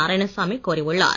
நாராயணசாமி கோரியுள்ளார்